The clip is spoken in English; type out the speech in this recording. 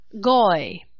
goy